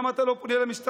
למה אתה לא פונה למשטרה?